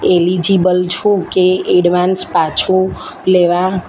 eligible છું કે advance પાછું લેવા